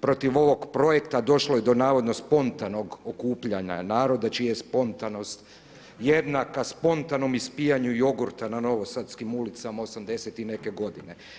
protiv ovog projekta došlo je do navodno spontanog okupljanja naroda čija je spontanost jednaka spontanom ispijanju jogurta na Novosadskim ulicama 80 i neke godine.